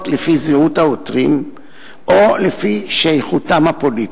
לפי זהות העותרים או לפי שייכותם הפוליטית.